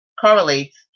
correlates